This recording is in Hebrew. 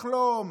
לחלום,